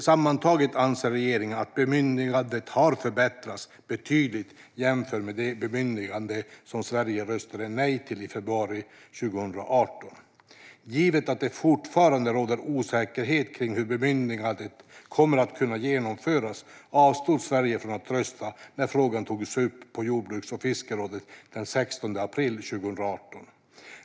Sammantaget anser regeringen att bemyndigandet har förbättrats betydligt jämfört med det bemyndigande som Sverige röstade nej till i februari 2018. Givet att det fortfarande råder osäkerhet kring hur bemyndigandet kommer att kunna genomföras avstod Sverige från att rösta när frågan togs upp på jordbruks och fiskerådet den 16 april 2018.